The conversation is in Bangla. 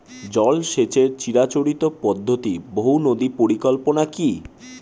জল সেচের চিরাচরিত পদ্ধতি বহু নদী পরিকল্পনা কি?